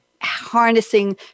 harnessing